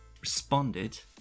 responded